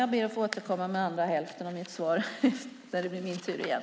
Jag ber att få återkomma med andra hälften av mitt svar när det blir min tur igen.